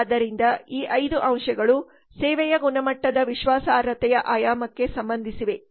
ಆದ್ದರಿಂದ ಈ 5 ಅಂಶಗಳು ಸೇವೆಯ ಗುಣಮಟ್ಟದ ವಿಶ್ವಾಸಾರ್ಹತೆಯ ಆಯಾಮಕ್ಕೆ ಸಂಬಂಧಿಸಿವೆ